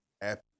happy